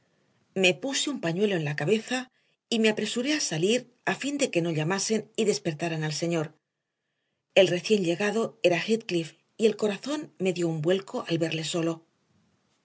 me puse un pañuelo a la cabeza y me apresuré a salir a fin de que no llamasen y despertaran al señor el recién llegado era heathcliff y el corazón me dio un vuelco al verle solo